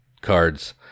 cards